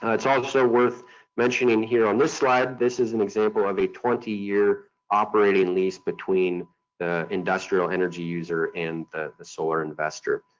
ah it's also worth mentioning here on this slide this is an example of a twenty year operating lease between the industrial energy user and the the solar investor.